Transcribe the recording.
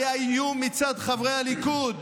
היה איום מצד חברי הליכוד,